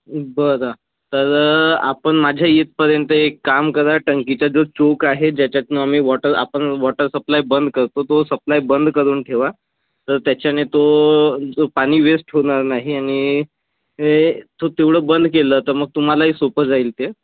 बरं तर आपण माझ्या इतपर्यंत एक काम करा टंकीचा जो चोक आहे ज्याच्यातनं आम्ही वॉटर आपण वॉटर सप्लाय बंद करतो तो सप्लाय बंद करून ठेवा तर त्याच्याने तो जो पाणी वेस्ट होणार नाही आणि ए तो ते तेवढं बंद केलं तर मग तुम्हालाही सोपं जाईल ते